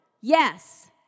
Yes